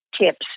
tips